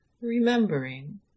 remembering